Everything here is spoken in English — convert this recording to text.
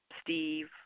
Steve